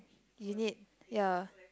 you need ya